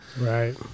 right